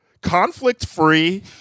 conflict-free